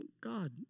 God